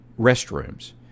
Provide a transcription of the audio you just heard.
restrooms